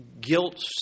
Guilt